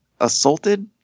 assaulted